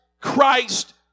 Christ